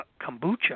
kombucha